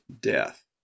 death